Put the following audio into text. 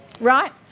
right